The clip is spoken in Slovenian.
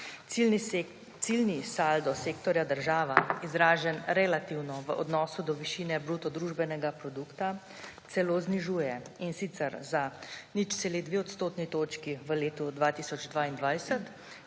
ciljni saldo sektorja država, izražen relativno v odnosu do višine bruto družbenega produkta, celo znižuje, in sicer za 0,2 odstotne točke v letu 2022